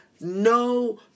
no